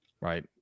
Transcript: right